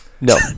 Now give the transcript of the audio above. No